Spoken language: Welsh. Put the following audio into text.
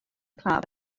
claf